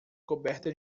coberta